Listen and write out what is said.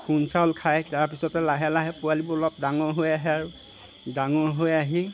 খুন্দ চাউল খায় তাৰপিছতে লাহে লাহে পোৱালিবোৰ অলপ ডাঙৰ হৈ আহে আৰু ডাঙৰ হৈ আহি